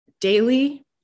daily